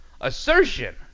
assertion